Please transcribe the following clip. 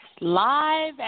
live